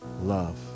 love